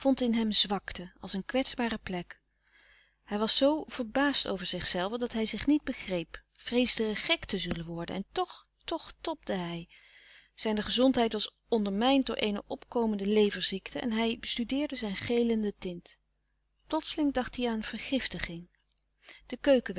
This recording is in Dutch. in hem zwakte als een kwetsbare plek hij was zoo verbaasd over zichzelven dat hij zich niet begreep vreesde gek te zullen worden en toch toch tobde hij zijne gezondheid was ondermijnd door eene louis couperus de stille kracht opkomende leverziekte en hij bestudeerde zijn gelende tint plotseling dacht hij aan vergiftiging de keuken